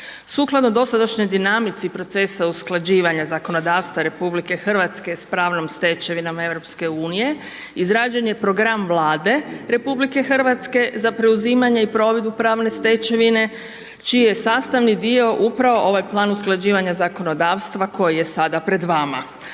Sukladno dosadašnjoj dinamici procesa usklađivanja zakonodavstva sa pravnom stečevinom EU-a, izrađen je program Vlade RH za preuzimanje i provedbu pravne stečevine čiji je sastavni dio upravo ovaj plan usklađivanja zakonodavstva koji je sada pred vama.